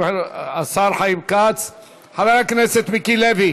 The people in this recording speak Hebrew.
שהבמה הזאת כולה הייתה מאוישת בערבים ישראלים.